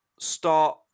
start